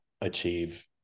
achieve